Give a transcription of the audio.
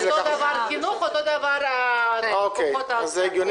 אותו דבר בחינוך וכוחות ההצלה.